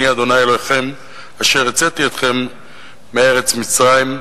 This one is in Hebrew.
אני ה' אלהיכם אשר הוצאתי אתכם מארץ מצרים,